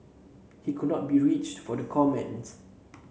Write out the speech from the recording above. he could not be reached for the comments